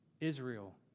Israel